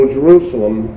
Jerusalem